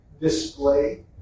display